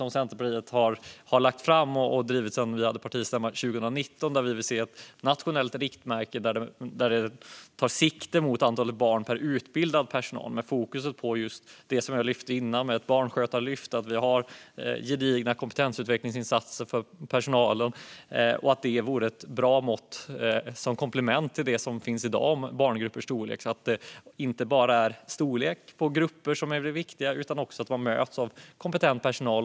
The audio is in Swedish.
Det är ett förslag som Centerpartiet har lagt fram och drivit sedan vi hade partistämma 2019, nämligen att vi vill se ett nationellt riktmärke där man tar sikte på antal barn per utbildad personal. Fokus ska vara på just det jag lyfte fram tidigare, det vill säga ett barnskötarlyft och att vi har gedigna kompetensutvecklingsinsatser för personalen. Detta vore ett bra mått som komplement till det som finns i dag gällande barngruppers storlek, för det är inte bara storleken på grupperna som är det viktiga utan också att barnen möts av kompetent personal.